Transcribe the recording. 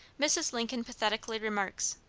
mrs. lincoln pathetically remarks,